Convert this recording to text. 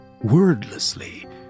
Wordlessly